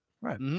Right